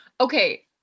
Okay